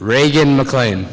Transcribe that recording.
reagan mclean